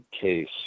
case